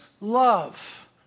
love